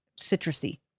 citrusy